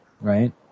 right